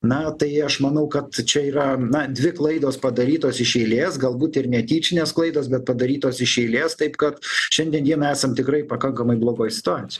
na tai aš manau kad čia yra na dvi klaidos padarytos iš eilės galbūt ir netyčinės klaidos bet padarytos iš eilės taip kad šiandien dienai esam tikrai pakankamai blogoj situacijoj